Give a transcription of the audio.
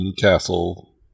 castle